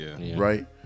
right